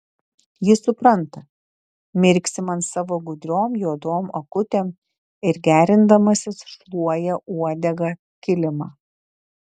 jis supranta mirksi man savo gudriom juodom akutėm ir gerindamasis šluoja uodega kilimą